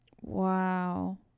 Wow